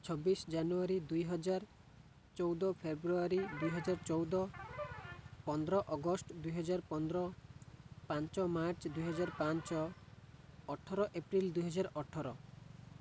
ଛବିଶ ଜାନୁଆରୀ ଦୁଇହଜାର ଚଉଦ ଫେବୃଆରୀ ଦୁଇହଜାର ଚଉଦ ପନ୍ଦର ଅଗଷ୍ଟ ଦୁଇହଜାର ପନ୍ଦର ପାଞ୍ଚ ମାର୍ଚ୍ଚ ଦୁଇହଜାର ପାଞ୍ଚ ଅଠର ଏପ୍ରିଲ ଦୁଇହଜାର ଅଠର